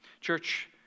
Church